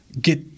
get